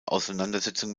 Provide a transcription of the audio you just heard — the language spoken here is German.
auseinandersetzung